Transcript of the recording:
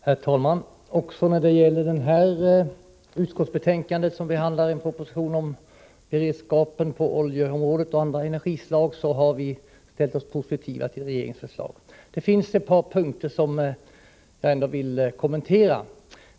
Herr talman! Också när det gäller detta utskottsbetänkande, som behandlar en proposition om beredskapen på oljeområdet och i fråga om andra energislag, har vi i vpk ställt oss positiva till regeringens förslag. Det finns ett par punkter som jag ändå vill kommentera.